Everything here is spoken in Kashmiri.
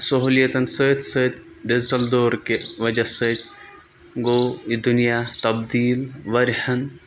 سہولیتَن سۭتۍ سۭتۍ ڈِجٹَل دور کہِ وجہ سۭتۍ گوٚو یہِ دُنیا تبدیٖل وارِہَن